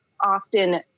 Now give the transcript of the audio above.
often